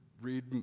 read